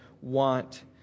want